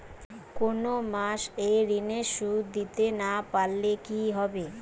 কোন মাস এ ঋণের সুধ দিতে না পারলে কি হবে?